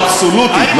ירידה אבסולוטית,